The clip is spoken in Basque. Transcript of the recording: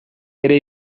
ere